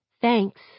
Thanks